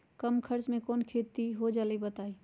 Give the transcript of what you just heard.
कम खर्च म कौन खेती हो जलई बताई?